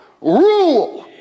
rule